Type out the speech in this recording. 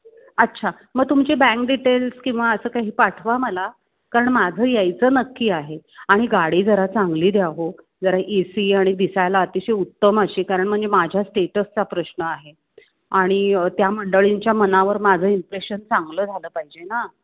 अच्छा मग तुमचे बँक डिटेल्स किंवा असं काही पाठवा मला कारण माझं यायचं नक्की आहे आणि गाडी जरा चांगली द्या हो जरा ए सी आणि दिसायला अतिशय उत्तम अशी कारण म्हणजे माझ्या स्टेटसचा प्रश्न आहे आणि त्या मंडळींच्या मनावर माझं इम्प्रेशन चांगलं झालं पाहिजे ना